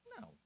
No